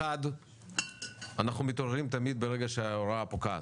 1. אנחנו מתעוררים תמיד ברגע שההוראה פוקעת.